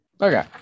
Okay